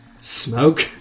Smoke